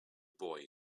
boy